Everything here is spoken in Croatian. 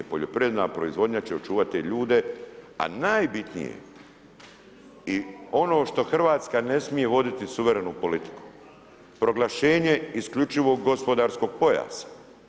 Poljoprivredna proizvodnja će očuvati te ljudi, a najbitnije i ono što RH ne smije voditi suverenu politiku, proglašenje isključivog gospodarskog pojasa.